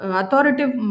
authoritative